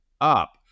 up